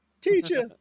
teacher